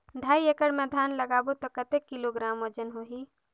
ढाई एकड़ मे धान लगाबो त कतेक किलोग्राम वजन होही?